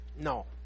no